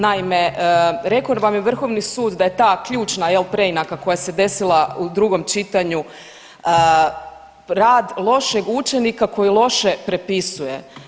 Naime, rekao vam je Vrhovni sud da je ta ključna, je li, preinaka koja se desila u drugom čitanju rad lošeg učenika koji loše prepisuje.